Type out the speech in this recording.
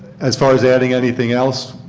as far as adding anything else,